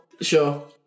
Sure